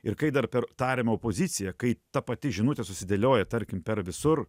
ir kai dar per tariamą opoziciją kai ta pati žinutė susidėlioja tarkim per visur